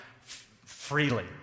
freely